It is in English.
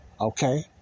Okay